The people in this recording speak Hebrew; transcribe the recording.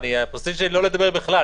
הפרסטיז'ה שלי היא לא לדבר בכלל.